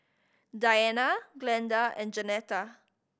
Diana Glenda and Jeanetta